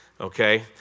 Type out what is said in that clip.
okay